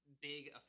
big